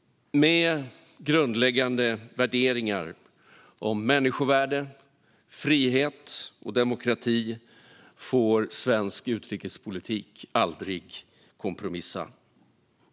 Med grundläggande värderingar om människovärde, frihet och demokrati får svensk utrikespolitik aldrig kompromissa.